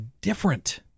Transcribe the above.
different